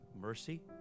mercy